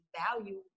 value